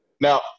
Now